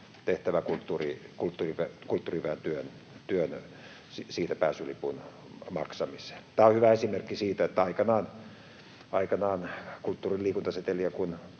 tehtävään kulttuuriväen työhön, siitä pääsylipun maksamiseen. Tämä on hyvä esimerkki siitä, että aikanaan kulttuuri- ja liikuntaseteliä kun